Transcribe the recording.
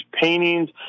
paintings